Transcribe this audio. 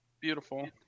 Beautiful